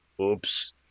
oops